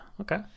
Okay